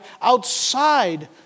outside